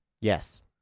Yes